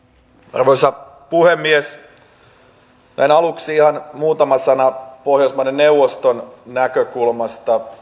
arvoisa puhemies näin aluksi ihan muutama sana pohjoismaiden neuvoston näkökulmasta